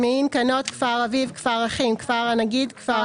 כמהין כנות כפר אביב כפר אחים כפר הנגיד כפר